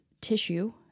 Tissue